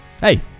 Hey